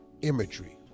Imagery